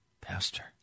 Pastor